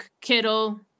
Kittle